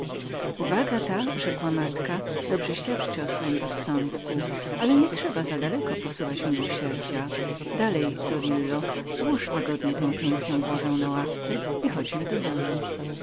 uwaga ta rzekła matka czyni zaszczyt twojemu sądowi o rzeczach ale nie trzeba za daleko posuwać miłosierdzia dalej zorillo złóż łogodniełagodnie tę piękną głowę na ławce i chodźmy do domu